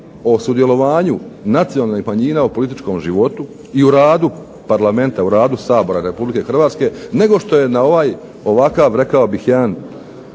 o sudjelovanju nacionalnih manjina u političkom životu i o radu Parlamenta, o radu Sabora Republike Hrvatske nego što je na ovaj, ovakav rekao bih jedan